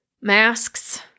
Masks